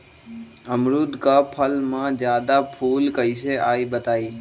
अमरुद क फल म जादा फूल कईसे आई बताई?